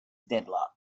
deadlocked